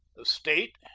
the state